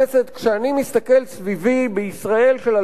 כשאני מסתכל סביבי בישראל של 2012,